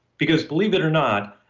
because, believe it or not,